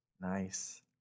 Nice